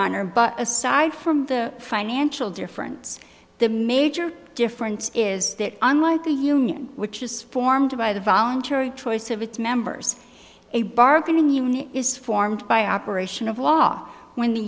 honor but aside from the financial difference the major difference is that unlike the union which is formed by the voluntary choice of its members a bargaining unit is formed by operation of law when the